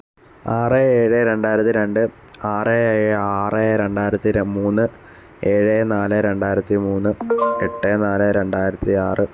ആറ് ഏഴ് രണ്ടായിരത്തി രണ്ട് ആറ് ഏ ആറ് രണ്ടായിരത്തി ര മൂന്ന് ഏഴ് നാല് രണ്ടായിരത്തി മൂന്ന് എട്ട് നാല് രണ്ടായിരത്തി ആറ്